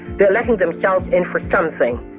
they're letting themselves in for something.